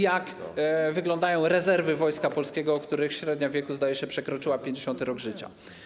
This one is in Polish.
Jak wyglądają rezerwy Wojska Polskiego, w których średnia wieku, zdaje się, przekroczyła 50. rok życia?